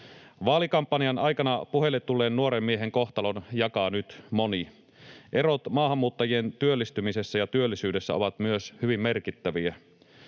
Vaalikampanjan aikana puheille tulleen nuoren miehen kohtalon jakaa nyt moni. Erot maahanmuuttajien työllistymisessä ja työllisyydessä ovat myös hyvin merkittäviä.